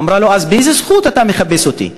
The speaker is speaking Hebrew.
אמרה: אז באיזה זכות אתה מחפש עלי?